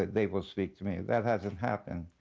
they will speak to me. that hasn't happened.